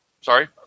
Sorry